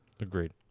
Agreed